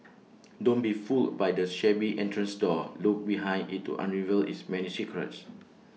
don't be fooled by the shabby entrance door look behind IT to unravel its many secrets